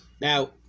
Now